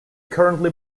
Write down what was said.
currently